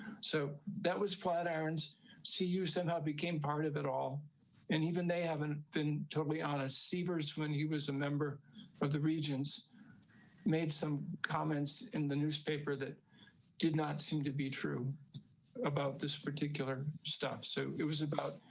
so that was flat aaron's see you sent her became part of it all. jamesmorris and even they haven't been totally honest sievers when he was a member of the region's made some comments in the newspaper that did not seem to be true about this particular stuff. so it was about